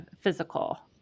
physical